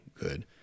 good